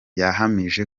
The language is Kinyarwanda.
yahamije